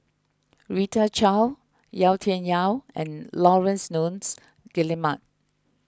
Rita Chao Yau Tian Yau and Laurence Nunns Guillemard